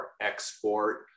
export